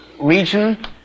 region